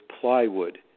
plywood